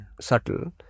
subtle